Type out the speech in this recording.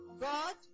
God